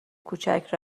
کوچک